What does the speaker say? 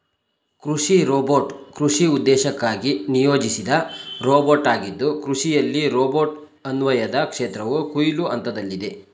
ಕೃಷಿ ರೋಬೋಟ್ ಕೃಷಿ ಉದ್ದೇಶಕ್ಕಾಗಿ ನಿಯೋಜಿಸಿದ ರೋಬೋಟಾಗಿದ್ದು ಕೃಷಿಯಲ್ಲಿ ರೋಬೋಟ್ ಅನ್ವಯದ ಕ್ಷೇತ್ರವು ಕೊಯ್ಲು ಹಂತದಲ್ಲಿದೆ